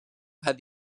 had